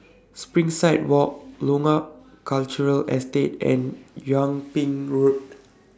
Springside Walk Loyang Cultural Estate and Yung Ping Road